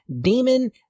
demon